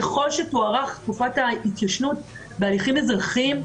ככל שתוארך תקופת ההתיישנות בהליכים אזרחיים,